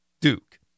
Duke